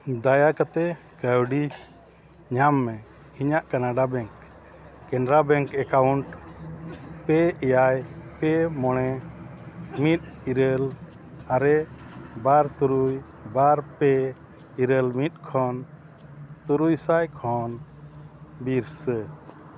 ᱫᱟᱭᱟ ᱠᱟᱛᱮᱫ ᱠᱟᱹᱣᱰᱤ ᱧᱟᱢ ᱢᱮ ᱤᱧᱟᱹᱜ Canara bank Canara bank account ᱯᱮ ᱮᱭᱟᱭ ᱯᱮ ᱢᱚᱬᱮ ᱢᱤᱫ ᱤᱨᱟᱹᱞ ᱟᱨᱮ ᱵᱟᱨ ᱛᱩᱨᱩᱭ ᱵᱟᱨ ᱯᱮ ᱤᱨᱟᱹᱞ ᱢᱤᱫ ᱠᱷᱚᱱ ᱛᱩᱨᱩᱭ ᱥᱟᱭ ᱠᱷᱚᱱ ᱵᱤᱨᱥᱟᱹ